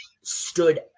stood